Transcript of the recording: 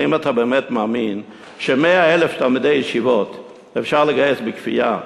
האם אתה באמת מאמין ש-100,000 תלמידי ישיבות אפשר לגייס בכפייה?